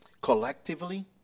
collectively